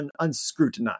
unscrutinized